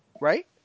Right